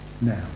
now